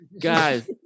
guys